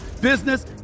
business